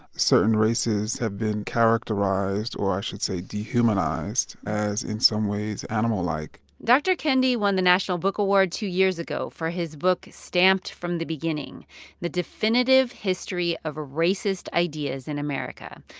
certain races have been characterized or i should say dehumanized as in some ways animal-like dr. kendi won the national book award two years ago for his book stamped from the beginning the definitive history of racist racist ideas in america.